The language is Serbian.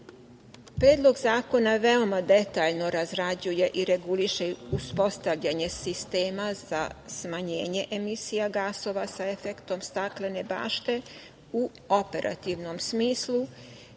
emisije. Predlog zakona veoma detaljno razrađuje i reguliše uspostavljanje sistema za smanjenje emisija gasova sa efektom staklene bašte u operativnom smislu,